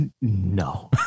No